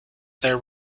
their